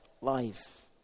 life